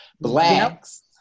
Blacks